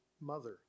mother